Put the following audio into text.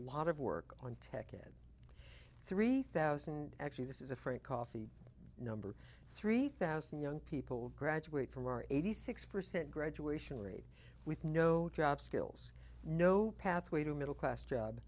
lot of work on ticket three thousand actually this is a free coffee number three thousand young people graduate from our eighty six percent graduation rate with no job skills no pathway to middle class job